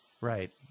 Right